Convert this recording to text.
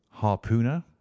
harpooner